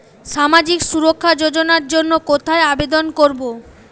সামাজিক সুরক্ষা যোজনার জন্য কোথায় আবেদন করব?